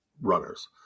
runners